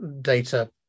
data